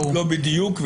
לא בדיוק.